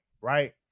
right